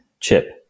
chip